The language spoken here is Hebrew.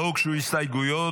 לא הוגשו הסתייגויות,